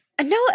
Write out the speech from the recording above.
No